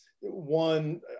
one